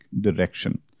direction